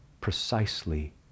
precisely